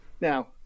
Now